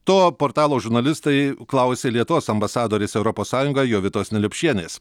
to portalo žurnalistai klausė lietuvos ambasadorės europos sąjungoje jovitos neliupšienės